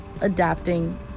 adapting